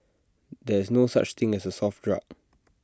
there is no such thing as A soft drug